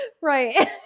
Right